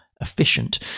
efficient